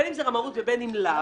בין אם זו רמאות ובין אם לאו,